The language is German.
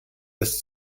das